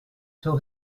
till